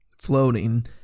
Floating